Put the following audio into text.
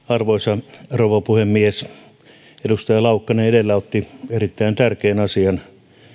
arvoisa rouva puhemies edustaja laukkanen edellä otti esille erittäin tärkeän asian